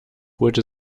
holte